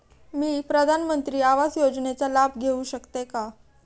मी प्रधानमंत्री आवास योजनेचा लाभ घेऊ शकते का?